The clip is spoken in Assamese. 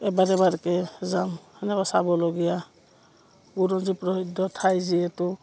এবাৰ এবাৰকৈ যাম সেনেকুৱা চাবলগীয়া বুৰঞ্জী প্ৰ্ৰসিদ্ধ ঠাই যিহেতু